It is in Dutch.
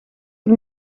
het